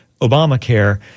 Obamacare